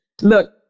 Look